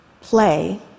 Play